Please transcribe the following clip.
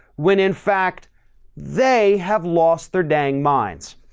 when in fact they have lost their dang minds.